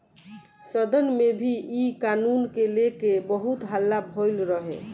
सदन में भी इ कानून के लेके बहुत हल्ला भईल रहे